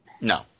No